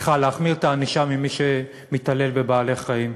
שמתעלל בבעלי-חיים.